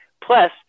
Plus